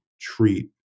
treat